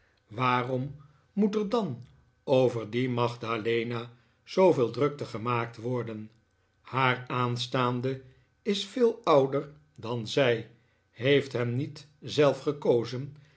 waarom moet er dan over die magdalena zooveel drukte gemaakt worden haar aanstaande is veel ouder en zij heeft hem niet zelf gekozen